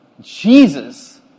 Jesus